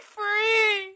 free